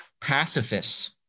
pacifists